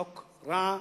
החוק רע,